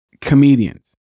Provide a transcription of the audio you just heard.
comedians